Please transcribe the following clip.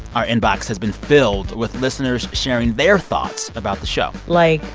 our inbox has been filled with listeners sharing their thoughts about the show like,